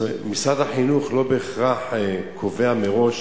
משרד החינוך לא בהכרח קובע מראש